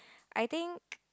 I think